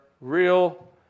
real